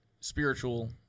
spiritual